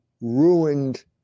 ruined